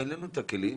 אין לנו את הכלים,